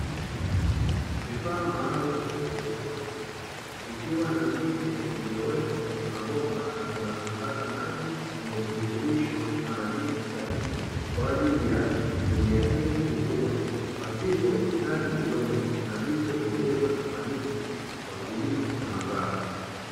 Vifaa maalumu vya hadroponi, vikiwa na miche iliyowekwa kwenye mabomba yanayosambaza maji yenye virutubisho na madini stahiki, kwa ajili ya mimea hiyo kukua pasipo kuhitaji udongo. Na hivyo, kuongeza ufanisi wa kilimo cha mazao.